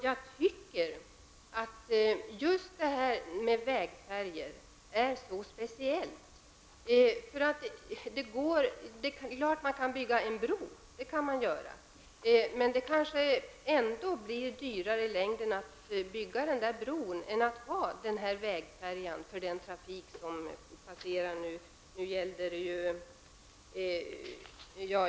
Jag tycker att just vägfärjor är en så speciell sak. Det är klart att man kan bygga en bro -- det kan man göra. Men det kanske ändå i längden blir dyrare än att ha en vägfärja för den trafik som passerar.